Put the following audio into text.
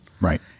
right